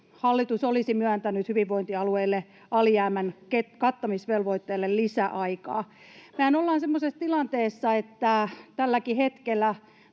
että hallitus olisi myöntänyt hyvinvointialueille alijäämän kattamisvelvoitteelle lisäaikaa. Mehän ollaan semmoisessa tilanteessa, että tälläkin hetkellä